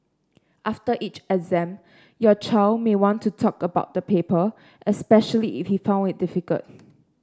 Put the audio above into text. after each exam your child may want to talk about the paper especially if he found it difficult